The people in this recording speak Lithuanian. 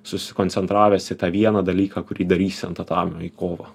susikoncentravęs į tą vieną dalyką kurį darysi ant tatamio į kovą